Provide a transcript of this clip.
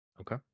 Okay